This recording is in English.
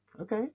Okay